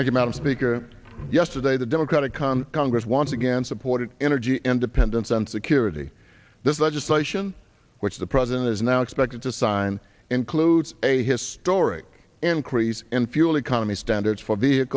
came out of speaker yesterday the democratic con congress once again supported energy independence and security this legislation which the president is now expected to sign includes a historic increase in fuel economy standards for